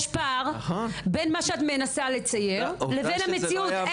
יש פער בין מה שאת מנסה לצייר לבין המציאות.